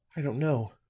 i don't know.